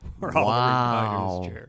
Wow